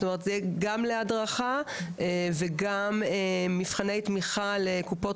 זאת אומרת זה יהיה גם להדרכה וגם מבחני תמיכה לקופות